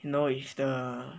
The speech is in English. you know is the